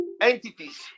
entities